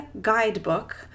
guidebook